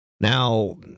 Now